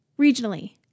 regionally